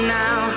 now